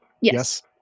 Yes